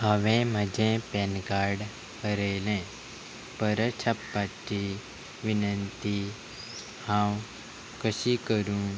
हांवें म्हजें PAN card बरयलें परत छापपाची विनंती हांव कशी करूं म्हजो पॅन कार्ड क्रमांक P K R five six seven eight G आसा आनी तो two zero two four slash zero two place sixteen दिसा जारी केल्लो